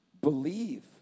believe